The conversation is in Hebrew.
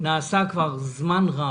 נעשה כבר זמן רב.